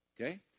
okay